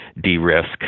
de-risk